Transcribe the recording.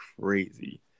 crazy